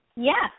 Yes